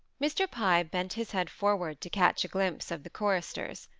mr. pye bent his head forward to catch a glimpse of the choristers,